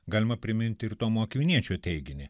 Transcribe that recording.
galima priminti ir tomo akviniečio teiginį